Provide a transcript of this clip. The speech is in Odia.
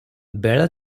ବେଳ